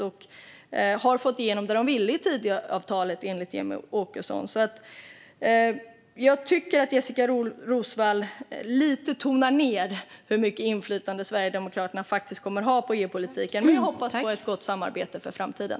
De har fått igenom det de ville i Tidöavtalet, enligt Jimmie Åkesson. Jag tycker alltså att Jessika Roswall tonar ned hur mycket inflytande Sverigedemokraterna faktiskt kommer att ha på EUpolitiken. Vi hoppas ändå på ett gott samarbete för framtiden.